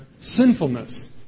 sinfulness